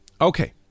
Okay